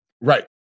Right